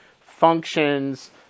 functions